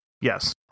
yes